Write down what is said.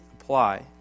apply